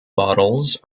bottles